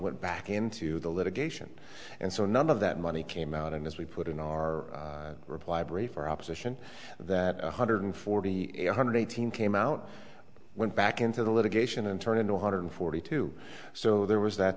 went back into the litigation and so none of that money came out and as we put in our reply brief or opposition that one hundred forty eight one hundred eighteen came out went back into the litigation and turned into one hundred forty two so there was that